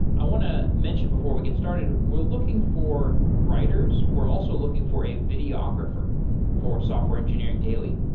i want to mention before we get started, we're looking for writers. we're also looking for a videographer for software engineering daily.